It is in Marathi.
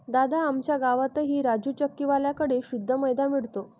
दादा, आमच्या गावातही राजू चक्की वाल्या कड़े शुद्ध मैदा मिळतो